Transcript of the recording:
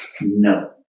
No